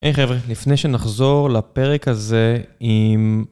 היי חבר'ה, לפני שנחזור לפרק הזה עם...